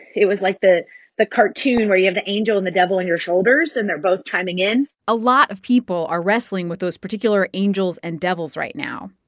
it was like the the cartoon where you have the angel and the devil on your shoulders, and they're both chiming in a lot of people are wrestling with those particular angels and devils right now.